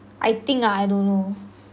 I think ah I don't know